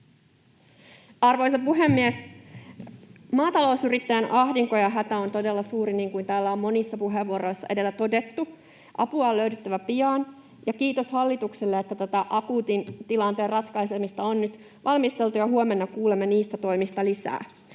Arvoisa puhemies! Maatalousyrittäjän ahdinko ja hätä on todella suuri niin kuin täällä on monissa puheenvuoroissa edellä todettu. Apua on löydyttävä pian, ja kiitos hallitukselle, että tätä akuutin tilanteen ratkaisemista on nyt valmisteltu, ja huomenna kuulemme niistä toimista lisää.